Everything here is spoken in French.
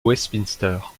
westminster